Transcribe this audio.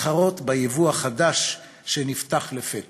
להתחרות ביבוא החדש שנפתח לפתע.